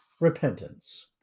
Repentance